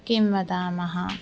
किं वदामः